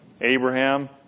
Abraham